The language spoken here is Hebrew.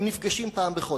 הם נפגשים פעם בחודש,